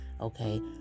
okay